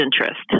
interest